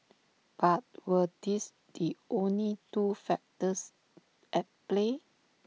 but were these the only two factors at play